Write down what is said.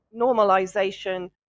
normalization